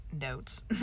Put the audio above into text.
notes